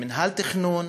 עם מינהל תכנון,